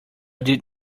did